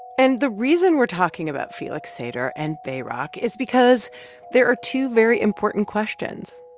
and the reason we're talking about felix sater and bayrock is because there are two very important questions,